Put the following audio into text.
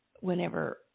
whenever